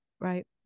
right